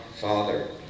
father